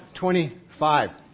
25